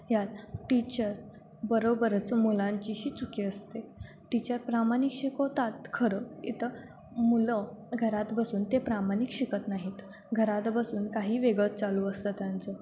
यात टीचरबरोबरच मुलांचीही चूक असते टीचर प्रामाणिक शिकवतात खरं इथं मुलं घरात बसून ते प्रामाणिक शिकत नाहीत घरात बसून काही वेगळंच चालू असतं त्यांचं